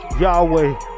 Yahweh